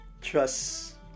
trust